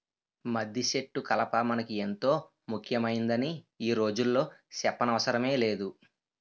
మద్దిసెట్టు కలప మనకి ఎంతో ముక్యమైందని ఈ రోజుల్లో సెప్పనవసరమే లేదు